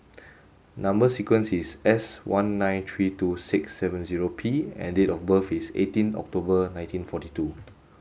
number sequence is S one nine three two six seven zero P and date of birth is eighteen October nineteen forty two